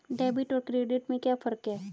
Debit और credit में क्या फर्क है?